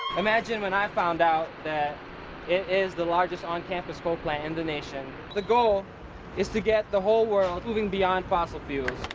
imagine when i found out that it is the largest on-campus coal plant in the nation. the goal is to get the whole world moving beyond fossil fuels.